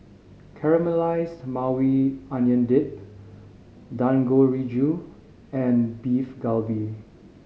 Caramelized Maui Onion Dip Dangojiru and Beef Galbi